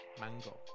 Mango